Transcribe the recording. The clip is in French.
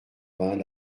vingt